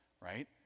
right